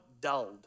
dulled